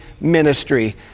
ministry